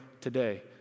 today